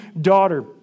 daughter